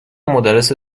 مدرس